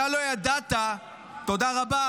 אתה לא ידעת ------ תודה רבה,